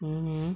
mmhmm